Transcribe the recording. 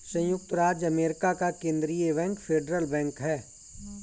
सयुक्त राज्य अमेरिका का केन्द्रीय बैंक फेडरल बैंक है